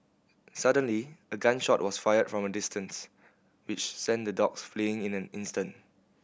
suddenly a gun shot was fired from a distance which sent the dogs fleeing in an instant